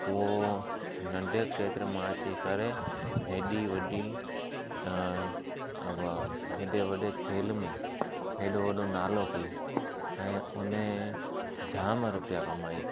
उहो नंढे क्षेत्र मां अची करे हेॾी वॾी उ हेॾे वॾे खेल में एॾो वॾो नालो कयाईं ऐं उन जाम रुपया कमायाईं